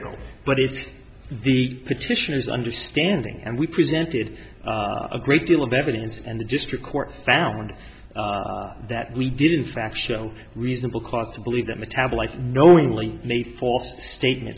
critical but it's the petitioners understanding and we presented a great deal of evidence and the district court found that we did in fact show reasonable cause to believe that metabolite knowingly made false statement